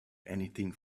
anything